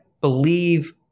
believe